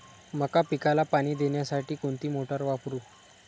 मका पिकाला पाणी देण्यासाठी कोणती मोटार वापरू?